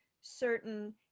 certain